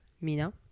mina